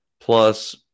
plus